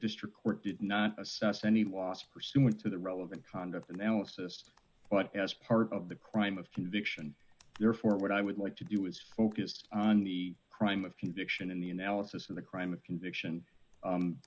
district court did not assess any loss pursuant to the relevant conduct analysis but as part of the crime of conviction therefore what i would like to do is focus on the crime of conviction in the analysis of the crime of conviction